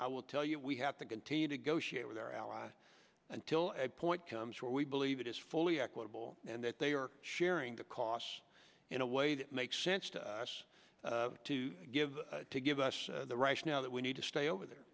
i will tell you we have to continue to go share with our allies until end point comes where we believe it is fully equitable and that they are sharing the costs in a way that makes sense to us to give to give us the rush now that we need to stay over there